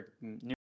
new